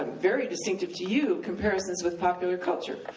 ah very distinctive to you comparisons with popular culture.